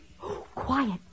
Quiet